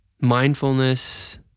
Mindfulness